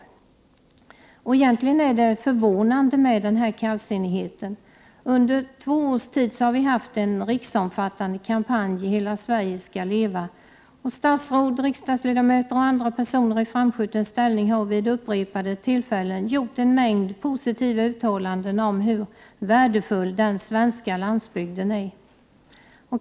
Det är egentligen förvånande med denna kallsinnighet. Under två års tid har vi haft den riksomfattande kampanjen ”Hela Sverige ska leva” och statsråd, riksdagsledamöter och andra personer i framstående ställning har vid upprepade tillfällen gjort en mängd positiva uttalanden om hur värdefull den svenska landsbygden är.